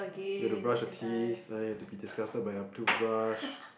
you have to brush your teeth and then you have to be disgusted by your toothbrush